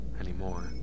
anymore